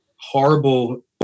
horrible